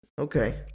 Okay